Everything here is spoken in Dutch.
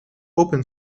open